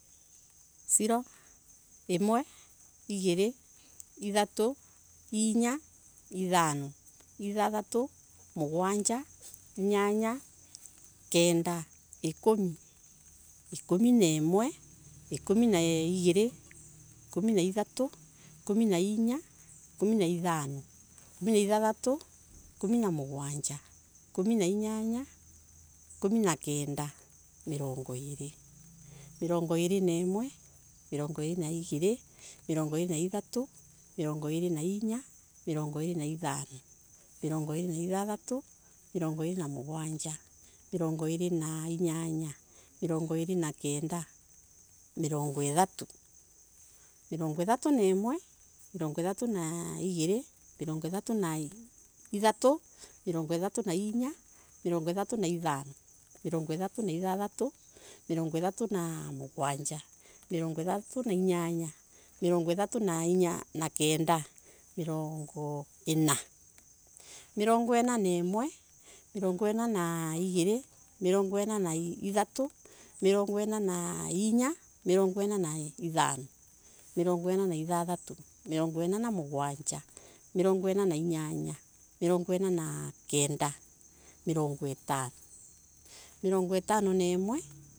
Siro, imwe igiri, ithatu, inya ithano ithatu, mugwanja, inyanya, kenda ikumi, ikumi na imwe, ikumi na igiri. ikumi na ithatu, ikumi na inya ikumi na ithano, ikumi na ithathatu ikumi na mugwanja, ikumi na inyanya, ikumi na kenda migoro iiri, mirongo iri na imwe, miringo irina ithatu, mirongo iri na inya mirongo iri na ithano mirongo iri na ithatatu, mirongo iri na mugwanja, mirongo iri na inyanya, mirongo iri na kenda mirongo ithatu, mirongo ithatu na imwe, mirongo ithatu na igiri, mirongo ithatu na ithatu mirongo ithatu na inya, mirongo ithatu na ithano, mirongo ithatu na ithathatu, mirongo ithatu na mugwanja, mirongo ithatu na inyanya mirongo ithatu na kenda, mirongo ina, mirongo ina na imwe, mirongo ina na igiri, mirongo ina na ithatu, mirongo ina na inya, mirongo ina ithano, mirongo ina na mugwanja, mirongo ina na inyanya, mirongo ina na kenda, mirongo itano mirongo itano na imwe.